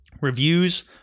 reviews